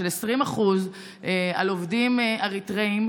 של 20% על עובדים אריתריאים,